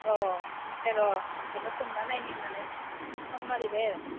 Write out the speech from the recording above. अ र' नोंखोनो सोंनानै नायनि होनना फन मारिबाय आरो